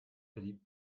beliebt